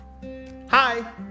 hi